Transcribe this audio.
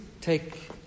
take